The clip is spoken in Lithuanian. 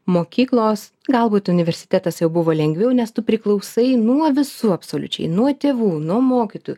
mokyklos galbūt universitetas jau buvo lengviau nes tu priklausai nuo visų absoliučiai nuo tėvų nuo mokytojų